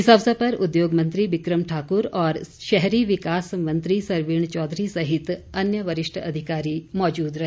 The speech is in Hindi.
इस अवसर पर उद्योग मंत्री विकम ठाक्र और शहरी विकास मंत्री सरवीण चौधरी सहित अन्य वरिष्ठ अधिकारी मौजूद रहे